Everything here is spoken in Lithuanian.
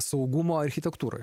saugumo architektūroj